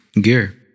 gear